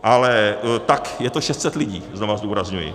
Ale tak je to 600 lidí, znovu zdůrazňuji.